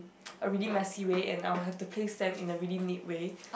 a really messy way and I'll have to place them in a really neat way